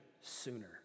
sooner